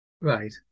right